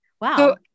Wow